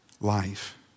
Life